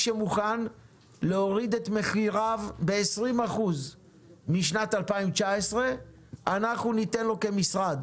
שמוכן להוריד את מחיריו ב-20% משנת 2019 אנחנו ניתן לו כמשרד